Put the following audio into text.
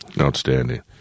Outstanding